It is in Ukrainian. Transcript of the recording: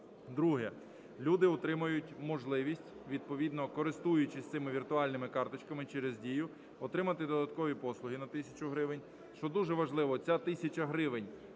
Друге. Люди отримають можливість, відповідно користуючись цими віртуальними карточками через Дію, отримати додаткові послуги на тисячу гривень. Що дуже важливо, ця тисяча гривень